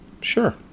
Sure